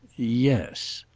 yes.